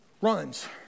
runs